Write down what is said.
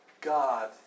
God